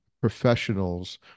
professionals